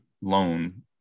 loan